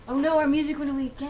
you know our music went away